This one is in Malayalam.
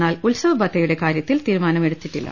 എന്നാൽ ഉത്സവ ബത്തയുടെ കാര്യത്തിൽ തീരുമാനമെടുത്തിട്ടില്ല